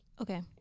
Okay